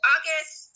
August